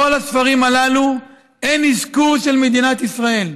בכל הספרים הללו אין אזכור של מדינת ישראל.